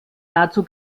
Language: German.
dazu